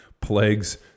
plagues